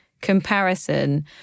comparison